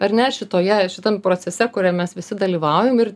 ar ne šitoje šitam procese kuriam mes visi dalyvaujam ir